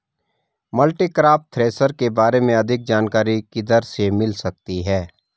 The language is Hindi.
मल्टीक्रॉप थ्रेशर के बारे में अधिक जानकारी किधर से मिल सकती है?